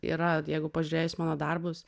yra jeigu pažiūrėjus į mano darbus